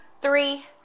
three